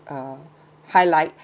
uh highlight